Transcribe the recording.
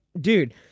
dude